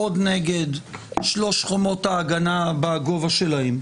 נגד שלוש חומות ההגנה בגובה שלהן,